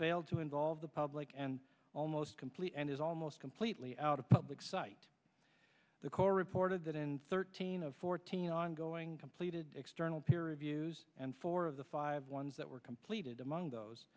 failed to involve the public and almost completely and is almost completely out of public sight the corps reported that in thirteen of fourteen ongoing completed external peer reviews and four of the five ones that were completed among those